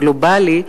הגלובלי,